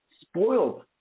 spoiled